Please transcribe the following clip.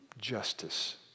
justice